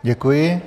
Děkuji.